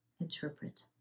interpret